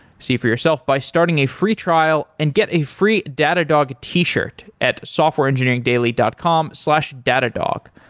see for yourself by starting a free trial and get a free datadog t shirt at softwareengineeringdaily dot com slash datadog.